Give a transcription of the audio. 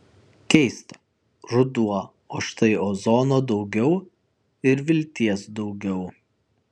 keista ruduo o štai ozono daugiau ir vilties daugiau